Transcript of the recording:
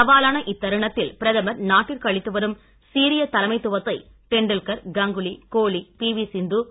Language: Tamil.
சவாலான இத்தருணத்தில் பிரதமர் நாட்டிற்கு அளித்து வரும் சீரிய தலைமைத் துவத்தை டெண்டுல்கர் கங்குலி கோலி பிவி சிந்தூ